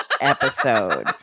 episode